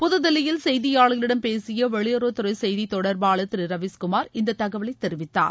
புத்தில்லியில் செய்தியாளர்களிடம் பேசிய வெளியுறவுத் துறை செய்தி தொடர்பாளர் திரு ரவிஷ்குமார் இந்தத் தகவலை தெரிவித்தார்